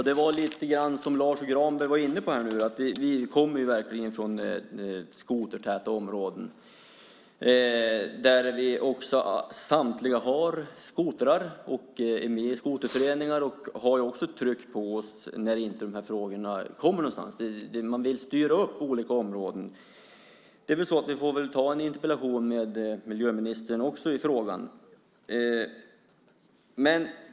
Fru talman! Som Lars U Granberg var inne på kommer vi verkligen från snöskotertäta områden. Vi har samtliga skotrar och är med i skoterföreningar. Vi har också ett tryck på oss när de här frågorna inte kommer någonstans. Man vill styra upp på olika områden. Vi får väl ta en interpellationsdebatt också med miljöministern i frågan.